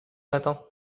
matin